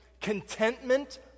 Contentment